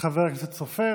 לחבר הכנסת סופר.